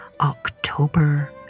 October